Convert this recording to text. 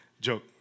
Joke